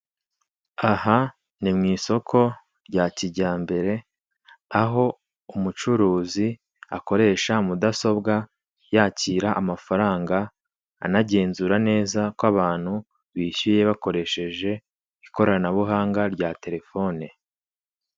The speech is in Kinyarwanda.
Aha ni mu isoko rya kijyambere aho umucuruzi akoresha mudasobwa yakira amafaranga anagenzura neza ko abantu bishyuye bakoresheje ikoranabuhanga rya terefone.